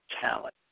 talent